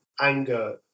anger